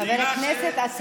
אז בבקשה, חבר הכנסת אקוניס.